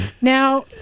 Now